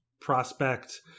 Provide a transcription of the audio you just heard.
prospect